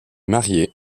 marié